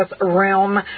realm